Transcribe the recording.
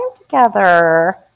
together